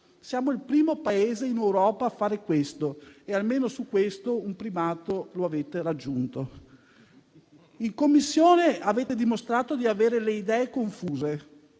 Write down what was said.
Siamo il primo Paese in Europa a fare questo e, almeno su questo, un primato lo avete raggiunto. *(Ilarità).* In Commissione avete dimostrato di avere le idee confuse